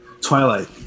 twilight